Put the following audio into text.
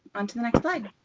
on to the next slide.